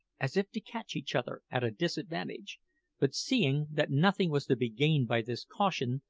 as if to catch each other at a disadvantage but seeing that nothing was to be gained by this caution,